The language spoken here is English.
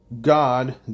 God